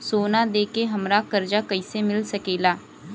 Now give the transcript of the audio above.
सोना दे के हमरा कर्जा कईसे मिल सकेला?